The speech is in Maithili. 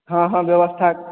हॅं हॅं व्यवस्था